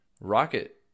rocket